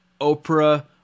Oprah